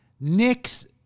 Nick's